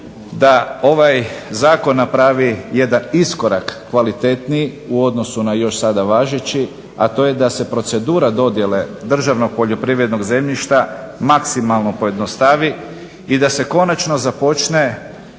da ovaj zakon napravi jedan iskorak kvalitetniji u odnosu na još sada važeći, a to je da se procedura dodjele državnog poljoprivrednog zemljišta maksimalno pojednostavi i da se konačno započne